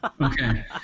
Okay